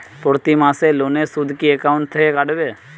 প্রতি মাসে লোনের সুদ কি একাউন্ট থেকে কাটবে?